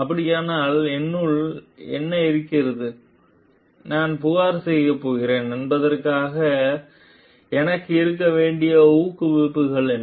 அப்படியானால் என்னுள் என்ன இருக்கிறது நான் புகார் செய்யப்போகிறேன் என்பதற்காக எனக்கு இருக்க வேண்டிய ஊக்குவிப்புகள் என்ன